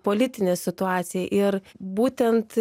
politinė situacija ir būtent